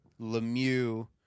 Lemieux